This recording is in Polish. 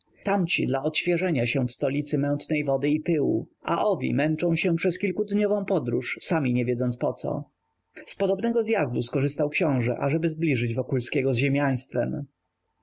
drogi tamci dla odświeżenia się w stolicy mętnej wody i pyłu a owi męczą się przez kilkudniową podróż sami nie wiedząc poco z podobnego zjazdu skorzystał książe ażeby zbliżyć wokulskiego z